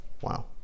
Wow